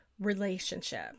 relationship